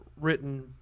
written